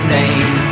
name